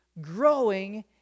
growing